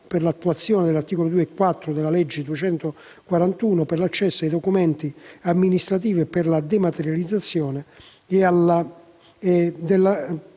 per l'attuazione degli articoli 2 e 4 della legge 7 agosto 1990, n. 241, per l'accesso ai documenti amministrativi e per la dematerializzazione